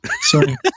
Sorry